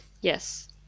Yes